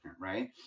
right